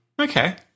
Okay